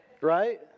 right